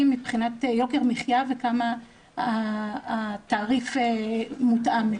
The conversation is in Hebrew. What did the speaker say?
מבחינת יוקר מחיה וכמה התעריף מותאם,